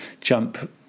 jump